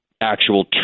actual